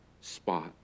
spot